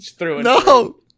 No